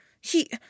He